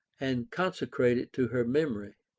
and consecrate it to her memory.